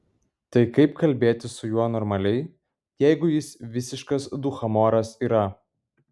tai kaip kalbėtis su juo normaliai jeigu jis visiškas dūchamoras yra